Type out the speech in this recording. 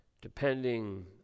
depending